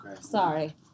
Sorry